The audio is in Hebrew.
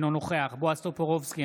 אינו נוכח בועז טופורובסקי,